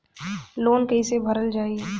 Loan कैसे भरल जाइ?